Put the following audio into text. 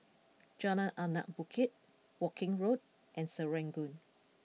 Jalan Anak Bukit Woking Road and Serangoon